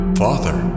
father